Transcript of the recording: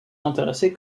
intéressé